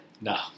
No